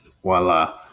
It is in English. voila